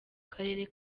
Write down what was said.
karere